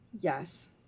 Yes